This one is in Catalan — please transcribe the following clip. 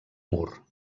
mur